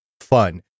fun